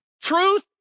Truth